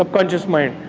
ah conscious mind,